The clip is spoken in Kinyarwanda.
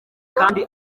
kandi